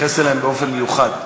תתייחס אליהן באופן מיוחד.